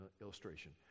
illustration